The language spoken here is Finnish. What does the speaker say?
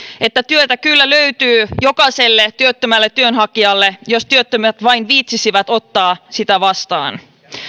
että työtä kyllä löytyy jokaiselle työttömälle työnhakijalle jos työttömät vain viitsisivät ottaa sitä vastaan